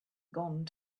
gone